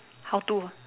how to